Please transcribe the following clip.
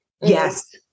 Yes